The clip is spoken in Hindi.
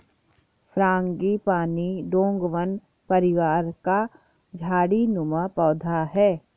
फ्रांगीपानी डोंगवन परिवार का झाड़ी नुमा पौधा है